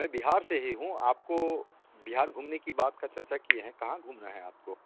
मैं बिहार से ही हूँ आपको बिहार घूमने की बात कइ चर्चा किए हैं कहाँ घूमना है आपको